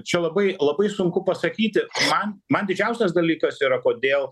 čia labai labai sunku pasakyti man man didžiausias dalykas yra kodėl